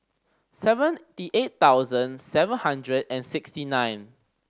seventy eight thousand seven hundred and sixty nine